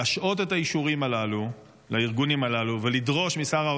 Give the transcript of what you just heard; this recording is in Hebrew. להשעות את האישורים הללו לארגונים הללו ולדרוש משר האוצר,